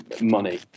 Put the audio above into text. money